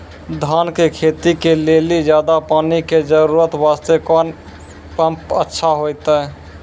धान के खेती के लेली ज्यादा पानी के जरूरत वास्ते कोंन पम्प अच्छा होइते?